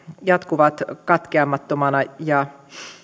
jatkuvat katkeamattomina ja